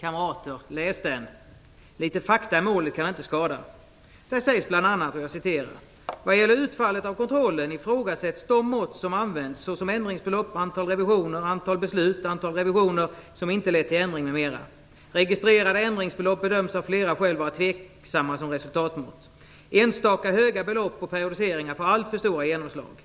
Kamrater, läs den! Litet fakta i målet kan inte skada. Där sägs bl.a.: "Vad gäller utfallet av kontrollen ifrågasätts de mått som används, såsom ändringsbelopp, antal revisioner, antal beslut, antal revisioner som inte lett till ändring m.m. - Registrerade ändringsbelopp bedöms av flera skäl vara tveksamma som resultatmått. Enstaka höga belopp och periodiseringar får alltför stora genomslag."